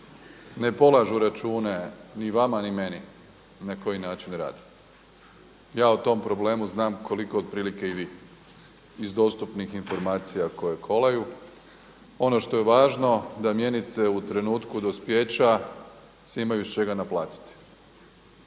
ne polažu račune ni vama ni meni na koji način rade. Ja o tom problemu znam koliko otprilike i vi iz dostupnih informacija koje kolaju. Ono što je važno da mjenice u trenutku dospijeća se imaju iz čega naplatiti.